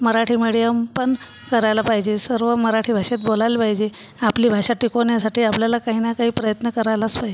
Marathi medium पण करायला पाहिजे सर्व मराठी भाषेत बोलायला पाहिजे आपली भाषा टिकवण्यासाठी आपल्याला काही ना काही प्रयत्न करायलाच पाहिजे